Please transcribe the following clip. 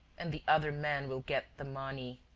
and the other man will get the money.